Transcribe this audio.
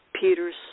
peter's